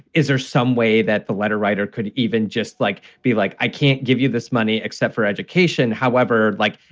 is there some way that the letter writer could even just like be like, i can't give you this money except for education. however, like,